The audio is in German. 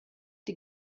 die